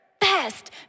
best